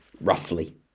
roughly